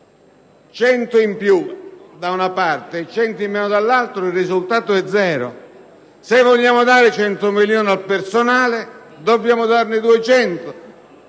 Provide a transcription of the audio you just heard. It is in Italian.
100 in più da una parte, 100 in meno dall'altra, il risultato è zero. Se vogliamo dare 100 milioni al personale dobbiamo darne 200,